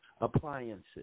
appliances